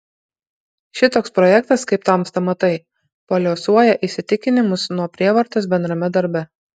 šitoks projektas kaip tamsta matai paliuosuoja įsitikinimus nuo prievartos bendrame darbe